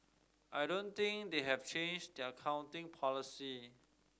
I don't think they have changed their accounting policy